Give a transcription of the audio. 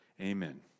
amen